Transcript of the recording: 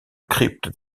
crypte